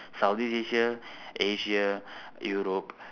southeast asia asia europe